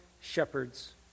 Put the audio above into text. shepherds